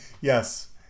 yes